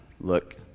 look